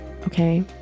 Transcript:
Okay